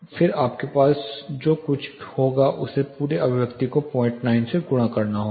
फिर आपके पास जो कुछ भी होगा उसे पूरे अभिव्यक्ति को 09 से गुणा करना होगा